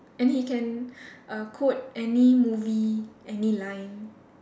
and he can uh quote any movie any line